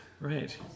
Right